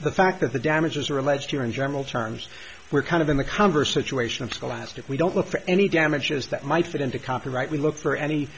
the fact that the damages are alleged here in general terms we're kind of in the converse with you ation of scholastic we don't look for any damages that might fit into copyright we look for any